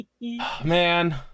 Man